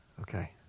Okay